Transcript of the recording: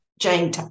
Jane